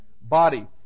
body